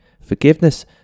forgiveness